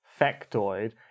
factoid